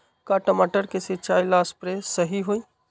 का टमाटर के सिचाई ला सप्रे सही होई?